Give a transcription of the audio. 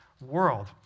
world